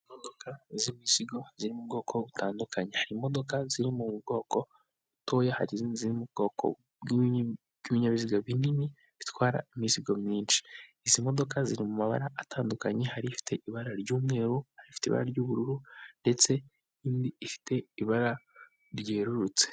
Imodoka z'imizigo ziri mu bwoko butandukanye, hari imodoka ziri mu bwoko butoya, hari mu bwoko bw'ibinyabiziga binini bitwara imizigo myinshi, izi modoka ziri mu mabara atandukanye, hari ifite ibara ry'umweru, hari rifite ibara ry'ubururu ndetse indi ifite ibara ryererutse.